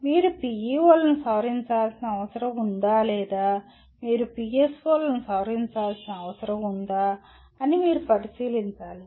మీరు PEO లను సవరించాల్సిన అవసరం ఉందా లేదా మీరు PSO లను సవరించాల్సిన అవసరం ఉందా అని మీరు పరిశీలించాలి